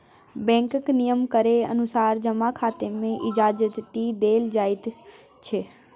बैंकक नियम केर अनुसार जमा खाताकेँ इजाजति देल जाइत छै